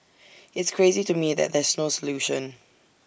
it's crazy to me that there's no solution